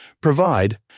provide